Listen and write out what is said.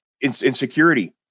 Insecurity